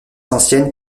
ancienne